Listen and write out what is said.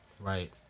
right